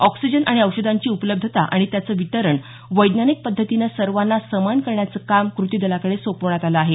oxygen आणि औषधांची उपलब्धता आणि त्याचे वितरण वैज्ञानिक पद्धतीनं सर्वांना समान करण्याचं काम कृती दलाकडे सोपवण्यात आलं आहे